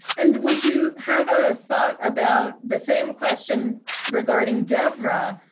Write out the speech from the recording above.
and would you have a thought about the same question regarding devra,